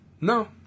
No